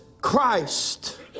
Christ